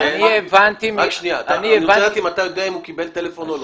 אני רוצה לדעת אם אתה יודע אם הוא קיבל טלפון או לא.